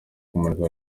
kumurika